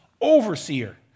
overseer